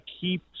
keep